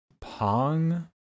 Pong